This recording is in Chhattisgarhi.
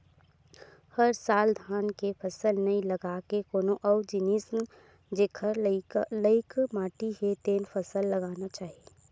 हर साल धान के फसल नइ लगा के कोनो अउ जिनिस जेखर लइक माटी हे तेन फसल लगाना चाही